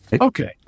Okay